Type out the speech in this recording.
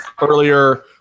earlier